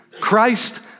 Christ